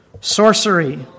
sorcery